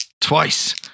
twice